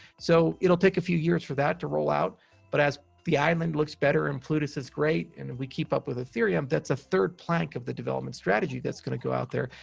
so, it'll take a few years for that to roll out but as the island looks better, and plutus is great, and we keep up with ethereum, that's a third plank of the development strategy that's going to go out there,